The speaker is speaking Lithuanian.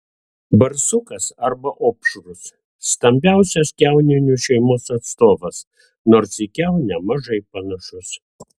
barsukas arba opšrus stambiausias kiauninių šeimos atstovas nors į kiaunę mažai panašus